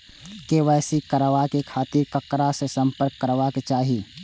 KYC कराबे के खातिर ककरा से संपर्क करबाक चाही?